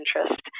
interest